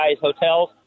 hotels